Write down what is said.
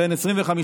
אין נמנעים.